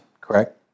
correct